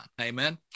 amen